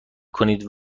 کنید